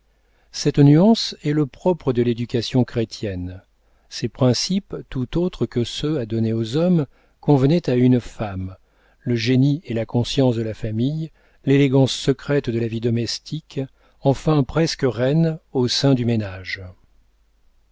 cette nuance est le propre de l'éducation chrétienne ces principes tout autres que ceux à donner aux hommes convenaient à une femme le génie et la conscience de la famille l'élégance secrète de la vie domestique enfin presque reine au sein du ménage